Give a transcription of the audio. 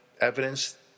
evidence